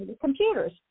computers